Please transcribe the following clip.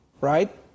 right